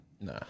Nah